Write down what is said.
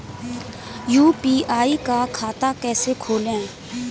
UPI का खाता कैसे खोलें?